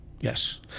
Yes